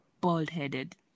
bald-headed